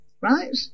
right